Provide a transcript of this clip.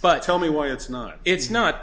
but tell me why it's not it's not